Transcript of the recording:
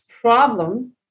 problem